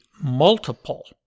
multiple